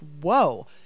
whoa